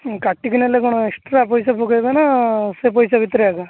କାଟିକି ନେଲେ କ'ଣ ଏକ୍ସଟ୍ରା ପଇସା ପକେଇବ ନା ସେ ପଇସା ଭିତରେ ଏକା